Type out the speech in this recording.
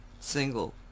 single